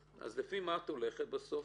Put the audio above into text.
אז לפי מה את הולכת בסוף?